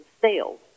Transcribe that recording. sales